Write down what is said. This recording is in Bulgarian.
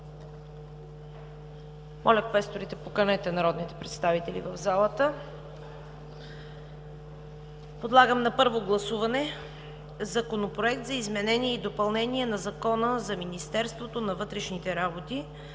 Моля, квесторите, поканете народните представители в залата. Подлагам на първо гласуване Законопроект за изменение и допълнение на Закона за Министерството на вътрешните работи,